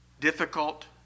Difficult